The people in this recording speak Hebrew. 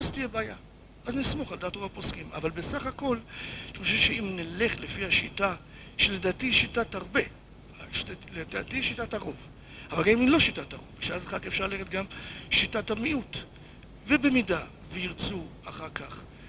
אז תהיה בעיה, אז נסמוך על דעת רוב הפוסקים, אבל בסך הכל, אתם חושבים שאם נלך לפי השיטה שלדעתי היא שיטת הרבה, לדעתי היא שיטת הרוב, אבל גם אם היא לא שיטת הרוב, בשעת הדחק אפשר ללכת גם שיטת המיעוט, ובמידה, וירצו אחר כך.